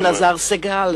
עם לזר סגל,